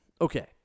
Okay